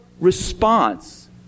response